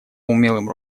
умелым